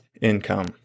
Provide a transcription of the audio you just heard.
income